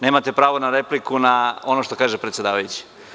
Nemate pravo na repliku na ono što kaže predsedavajući.